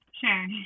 Sure